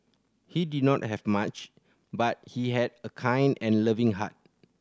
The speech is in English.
he did not have much but he had a kind and loving heart